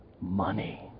Money